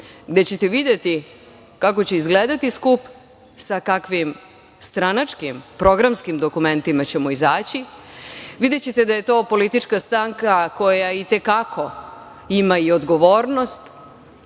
gde ćete videti kako će izgledati skup, sa kakvim stranačkim, programskim dokumentima ćemo izaći. Videćete da je to politička stranka koja i te kako ima i odgovornost